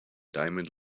diamond